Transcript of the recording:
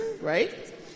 right